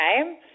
okay